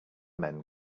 men